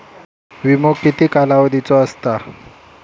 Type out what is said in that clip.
विमो किती कालावधीचो असता?